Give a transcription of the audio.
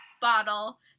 bottle